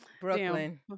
Brooklyn